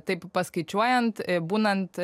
taip paskaičiuojant būnant